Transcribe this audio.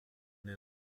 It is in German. der